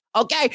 okay